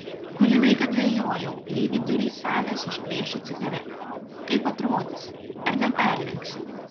kurį laiką dvejojau jei vidury salės užplėšiu cigaretę kaip atrodys ar neperlenksiu